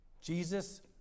Jesus